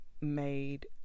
made